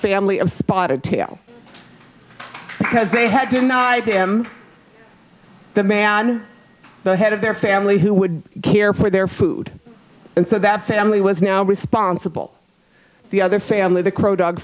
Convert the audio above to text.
family of spotted tail because they had denied him the man on the head of their family who would care for their food and so that family was now responsible the other family the crow dog